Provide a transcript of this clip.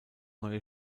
neue